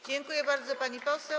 Dziękuję bardzo, pani poseł.